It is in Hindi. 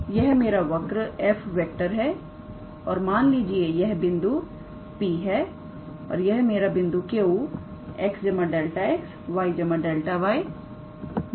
तो यह मेरा वर्क 𝑓⃗ है और मान लीजिए यह बिंदु 𝑃𝑥 𝑦 𝑧 है यह मेरा बिंदु 𝑄𝑥 𝛿𝑥𝑦 𝛿𝑦 𝑧 𝛿𝑧 है